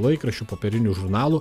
laikraščių popierinių žurnalų